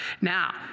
Now